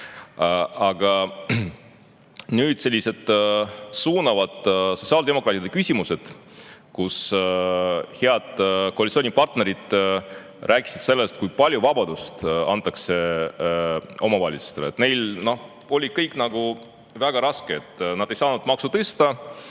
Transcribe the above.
Aga nüüd tulid sellised suunavad sotsiaaldemokraatide küsimused. Head koalitsioonipartnerid rääkisid sellest, kui palju vabadust antakse omavalitsustele. Neil oli siiani väga raske, nad ei saanud maksu tõsta,